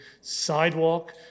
sidewalk